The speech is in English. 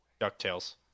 DuckTales